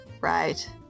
right